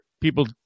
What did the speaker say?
people